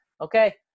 okay